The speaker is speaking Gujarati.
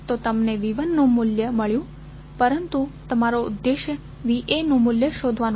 તો તમને V1 નું મૂલ્ય મળ્યું પરંતુ તમારો ઉદ્દેશ VAનું મૂલ્ય શોધવાનો છે